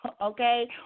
okay